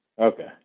Okay